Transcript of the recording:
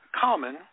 common